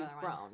grown